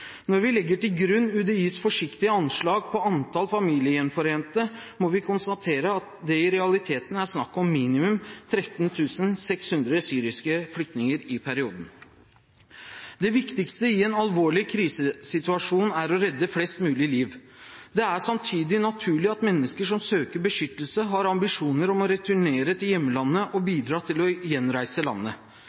Når vi legger til grunn UDIs forsiktige anslag på antall familiegjenforente, må vi konstatere at det i realiteten er snakk om minimum 13 600 syriske flyktninger i perioden. Det viktigste i en alvorlig krisesituasjon er å redde flest mulig liv. Det er samtidig naturlig at mennesker som søker beskyttelse, har ambisjoner om å returnere til hjemlandet og bidra til å gjenreise landet.